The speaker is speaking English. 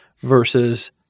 versus